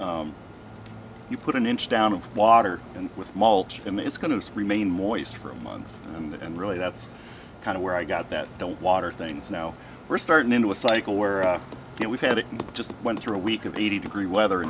you put an inch down of water and with mulch and it's going to remain moist for a month and really that's kind of where i got that don't water things now we're starting into a cycle where we've had it just went through a week of the eighty degree weather